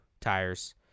tires